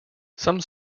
some